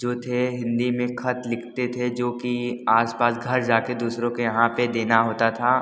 जो थे हिंदी में ख़त लिखते थे जो कि आसपास घर जा कर दूसरो के यहाँ पर देना होता था